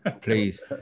please